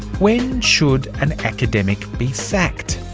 when should an academic be sacked?